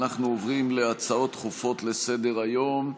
אנחנו עוברים להצעות דחופות לסדר-היום.